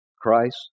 Christ